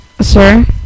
Sir